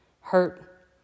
hurt